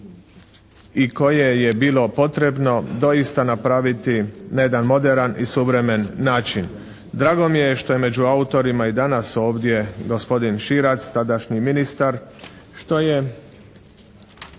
i koji je bilo potrebno doista napraviti na jedan moderan i suvremen način. Drago mi je što je među autorima i danas ovdje gospodin Širac, tadašnji ministar, što je,